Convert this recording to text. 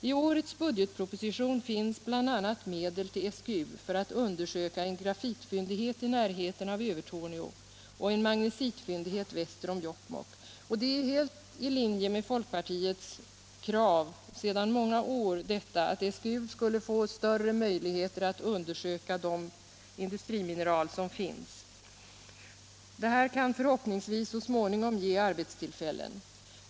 I årets budgetproposition finns bl.a. medel till SGU för att undersöka en grafitfyndighet i närheten av Övertorneå och en magnesitfyndighet väster om Jokkmokk. Att SGU får större möjligheter att undersöka de industrimineral som finns är helt i linje med folkpartiets krav sedan många år. Det kan förhoppningsvis så småningom ge arbetstillfällen.